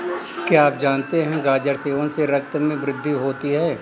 क्या आप जानते है गाजर सेवन से रक्त में वृद्धि होती है?